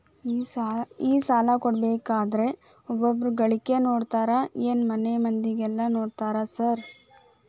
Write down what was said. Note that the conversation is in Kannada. ಈ ಸಾಲ ಕೊಡ್ಬೇಕಂದ್ರೆ ಒಬ್ರದ ಗಳಿಕೆ ನೋಡ್ತೇರಾ ಏನ್ ಮನೆ ಮಂದಿದೆಲ್ಲ ನೋಡ್ತೇರಾ ಸಾರ್?